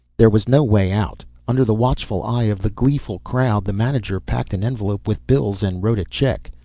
there was no way out. under the watchful eye of the gleeful crowd the manager packed an envelope with bills and wrote a check.